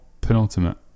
penultimate